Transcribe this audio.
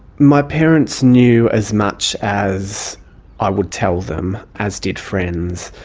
my parents knew as much as i would tell them as did friends.